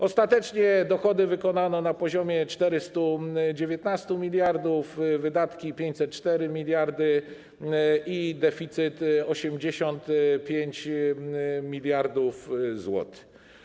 Ostatecznie dochody wykonano na poziomie 419 mld, wydatki - 504 mld, a deficyt - 85 mld zł.